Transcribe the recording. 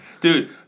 Dude